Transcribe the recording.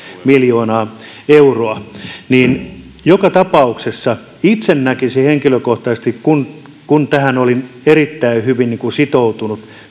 miljoonaa euroa mutta joka tapauksessa itse näkisin henkilökohtaisesti kun tähän meidän näkemykseemme olin erittäin hyvin sitoutunut